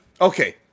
okay